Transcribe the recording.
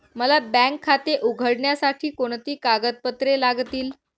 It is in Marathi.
मला बँक खाते उघडण्यासाठी कोणती कागदपत्रे लागतील?